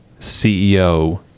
CEO